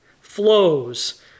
flows